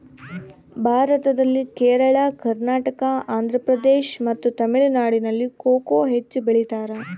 ಭಾರತದಲ್ಲಿ ಕೇರಳ, ಕರ್ನಾಟಕ, ಆಂಧ್ರಪ್ರದೇಶ್ ಮತ್ತು ತಮಿಳುನಾಡಿನಲ್ಲಿ ಕೊಕೊ ಹೆಚ್ಚು ಬೆಳಿತಾರ?